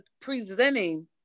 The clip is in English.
presenting